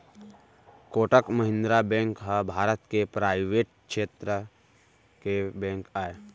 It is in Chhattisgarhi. कोटक महिंद्रा बेंक ह भारत के परावेट छेत्र के बेंक आय